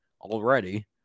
already